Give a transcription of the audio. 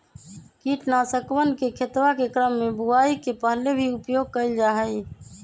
कीटनाशकवन के खेतवा के क्रम में बुवाई के पहले भी उपयोग कइल जाहई